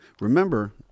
Remember